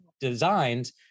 designed